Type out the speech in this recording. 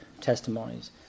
testimonies